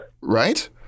right